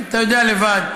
אתה יודע לבד,